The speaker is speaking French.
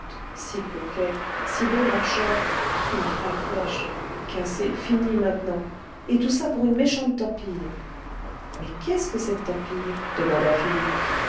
si coquet si bon marcheur une vraie flèche cassé fini maintenant et tout ça pour unel méchante torpille w r mais qu'est-ce que cette torpille demanda philippe